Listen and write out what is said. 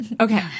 okay